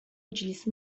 اجلس